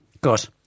Good